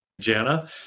Jana